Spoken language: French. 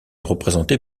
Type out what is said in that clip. représenté